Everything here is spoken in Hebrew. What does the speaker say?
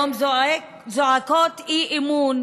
היום זועקות אי-אמון